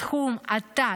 סכום עתק,